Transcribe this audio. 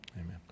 Amen